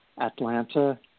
Atlanta